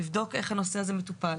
לבדוק איך הנושא הזה מטופל.